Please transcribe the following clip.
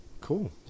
Cool